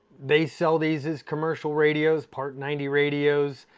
they sell these as commercial radios, part ninety radios,